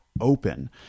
open